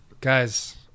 Guys